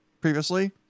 previously